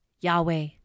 Yahweh